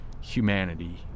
humanity